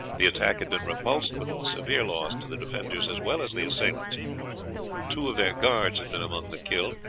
the attack had been repulsed, but with severe loss to the defenders as well as the assailants two of their guards had been among the killed.